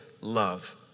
love